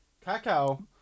Cacao